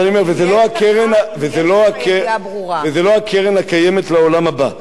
אז אני אומר, וזה לא הקרן הקיימת לעולם הבא.